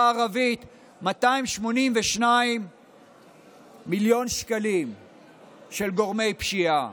הערבית 282 מיליון שקלים של גורמי פשיעה.